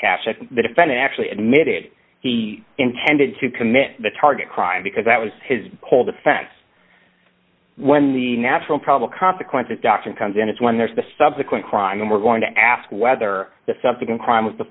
cash if the defendant actually admitted he intended to commit the target crime because that was his whole defense when the natural probable consequences doctrine comes in is when there's a subsequent crime and we're going to ask whether the something in crime is the